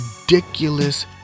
ridiculous